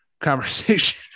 conversation